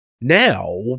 now